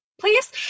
please